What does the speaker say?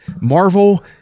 Marvel